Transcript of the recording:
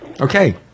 Okay